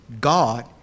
God